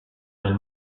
nel